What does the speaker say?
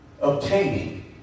obtaining